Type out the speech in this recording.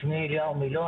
שמי אליהו מילא.